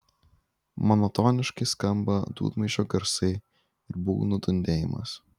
monotoniškai skamba dūdmaišio garsai ir būgnų dundėjimas